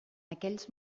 aquells